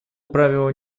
правила